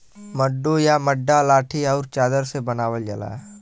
मड्डू या मड्डा लाठी आउर चादर से बनावल जाला